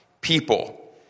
people